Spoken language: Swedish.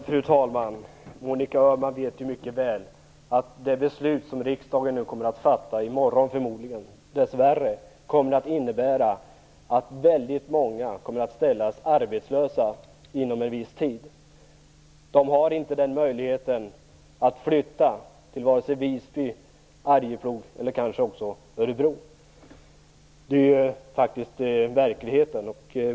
Fru talman! Monica Öhman vet mycket väl att det beslut riksdagen kommer att fatta i morgon dess värre kommer att innebära att väldigt många blir arbetslösa inom en viss tid. De har inte möjlighet att flytta vare sig till Visby, Arjeplog eller Örebro. Det är verkligheten.